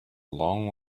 long